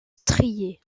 striée